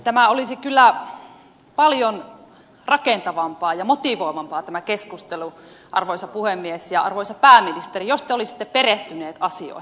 tämä keskustelu olisi kyllä paljon rakentavampaa ja motivoivampaa arvoisa pääministeri jos te olisitte perehtynyt asioihin